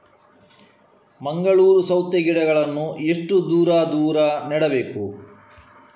ಮಂಗಳೂರು ಸೌತೆ ಗಿಡಗಳನ್ನು ಎಷ್ಟು ದೂರ ದೂರ ನೆಡಬೇಕು?